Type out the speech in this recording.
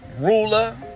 ruler